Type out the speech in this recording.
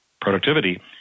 productivity